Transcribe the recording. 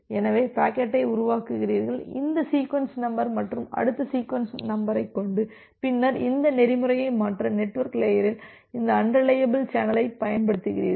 எனவே பாக்கெட்டை உருவாக்குகிறீர்கள் இந்த சீக்வென்ஸ் நம்பர் மற்றும் அடுத்த சீக்வென்ஸ் நம்பரைக் கொண்டு பின்னர் இந்த நெறிமுறையை மாற்ற நெட்வொர்க் லேயரில் இந்த அன்ரிலையபில் சேனலைப் பயன்படுத்துகிறீர்கள்